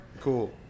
Cool